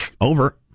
Over